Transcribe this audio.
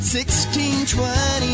1620